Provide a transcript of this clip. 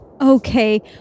Okay